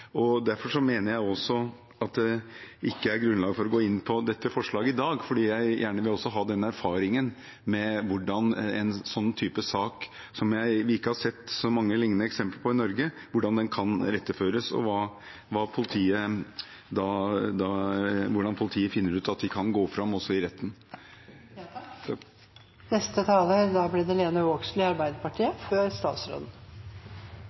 Derfor mener jeg også at det ikke er grunnlag for å gå inn på dette forslaget i dag, fordi jeg gjerne vil ha erfaringen med hvordan en sånn type sak, som vi ikke har sett så mange lignende eksempler på i Norge, kan iretteføres, og hvordan politiet finner ut at de kan gå fram i retten.